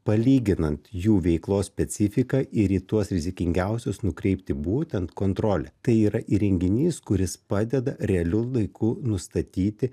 palyginant jų veiklos specifiką ir į tuos rizikingiausius nukreipti būtent kontrolę tai yra įrenginys kuris padeda realiu laiku nustatyti